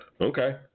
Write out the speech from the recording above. Okay